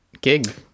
gig